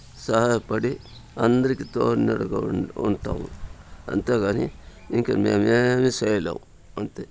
సహాయపడి అందరికి తోడు నీడగా ఉం ఉంటాము అంతేగాని ఇంక మేము ఏమి చేయలేం అంతే